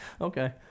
Okay